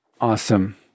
Awesome